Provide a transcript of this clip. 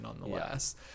nonetheless